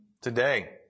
Today